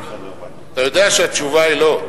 אתה יודע שהתשובה היא לא.